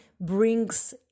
brings